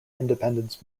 independence